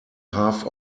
half